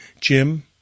Jim